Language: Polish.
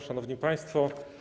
Szanowni Państwo!